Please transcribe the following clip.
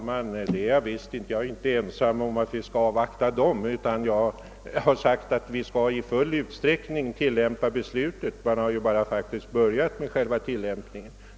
Herr talman! Det är jag visst inte! Jag har inte sagt att vi inte skall avvakta dem. Vad jag har sagt är att vi skall i full utsträckning tillämpa beslutet. Man har ju faktiskt bara börjat med själva tillämpningen.